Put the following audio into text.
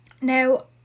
now